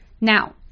Now